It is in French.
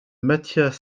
matthias